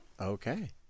Okay